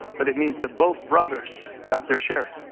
but it means that both brothers got their share.